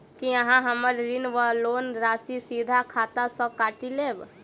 की अहाँ हम्मर ऋण वा लोन राशि सीधा खाता सँ काटि लेबऽ?